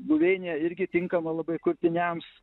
buveinė irgi tinkama labai kurtiniams